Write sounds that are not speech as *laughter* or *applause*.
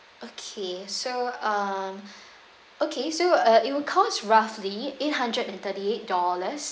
okay so uh *breath* okay so uh it will cost roughly eight hundred and thirty eight dollars